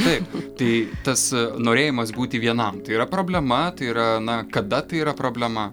taip tai tas norėjimas būti vienam tai yra problema tai yra na kada tai yra problema